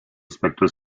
spectral